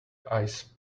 ice